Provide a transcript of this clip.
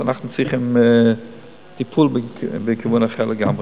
אז אנחנו צריכים לתת טיפול בכיוון אחר לגמרי.